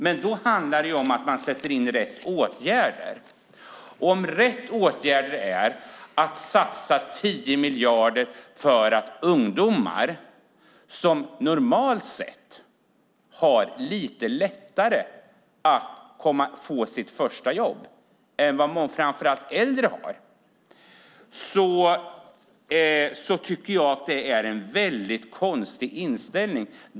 Men då handlar det om att sätta in rätt åtgärder. Att rätt åtgärd är att satsa 10 miljarder för att ungdomar som normalt sett har lite lättare att få sitt första jobb än vad framför allt äldre har tycker jag är en väldigt konstig inställning.